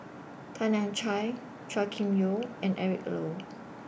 Tan Lian Chye Chua Kim Yeow and Eric Low